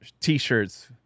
t-shirts